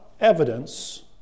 evidence